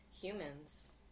humans